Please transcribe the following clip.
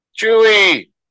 Chewie